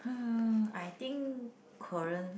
[huh] I think Korean